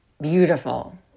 Beautiful